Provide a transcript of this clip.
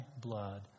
blood